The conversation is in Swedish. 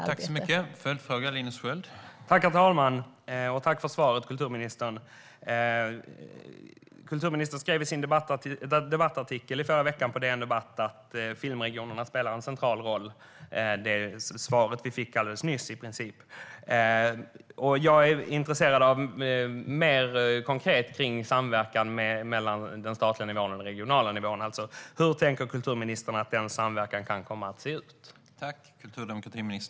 Herr talman! Tack för svaret, kulturministern! Kulturministern skrev i sin debattartikel på DN Debatt i förra veckan att filmregionerna spelar en central roll, alltså i princip samma sak som vi fick höra i svaret alldeles nyss. Jag är intresserad mer konkret av samverkan mellan den statliga och den regionala nivån. Hur tänker kulturministern att den samverkan kan komma att se ut?